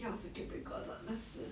要 circuit breaker 的那时